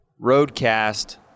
Roadcast